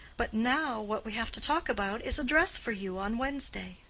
but now, what we have to talk about is a dress for you on wednesday.